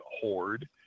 horde